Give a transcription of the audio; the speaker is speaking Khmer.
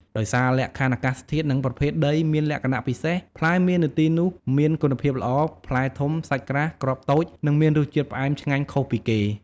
ដោយសារលក្ខខណ្ឌអាកាសធាតុ និងប្រភេទដីមានលក្ខណៈពិសេស ផ្លែមៀននៅទីនោះមានគុណភាពល្អ ផ្លែធំ សាច់ក្រាស់ គ្រាប់តូច និងមានរសជាតិផ្អែមឆ្ងាញ់ខុសពីគេ។